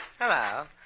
Hello